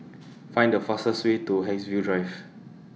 Find The fastest Way to Haigsville Drive